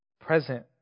present